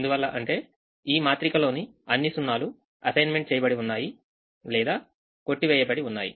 ఎందువల్ల అంటే ఈ మాత్రికలోని అన్ని సున్నాలు అసైన్మెంట్ చేయబడి ఉన్నాయి లేదా కొట్టివేయబడి ఉన్నాయి